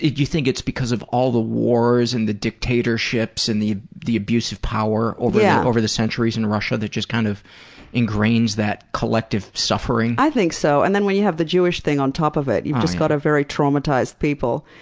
you think it's because of all the wars and the dictatorships and the the abuse of power over yeah over the centuries in russia that just kind of ingrains that collective suffering? i think so. and then when you have the jewish thing on top of it, you've just got a very traumatized people.